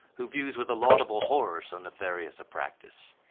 who views with a laudable horror so nefarious a practice.